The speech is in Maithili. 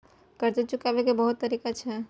कर्जा चुकाव के बहुत तरीका छै?